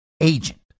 agent